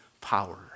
power